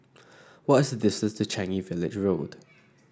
what is the distance to Changi Village Road